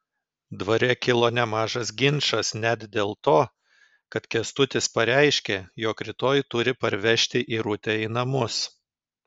dvare kilo nemažas ginčas net dėl to kad kęstutis pareiškė jog rytoj turi parvežti irutę į namus